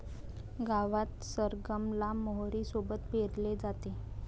गावात सरगम ला मोहरी सोबत पेरले जाते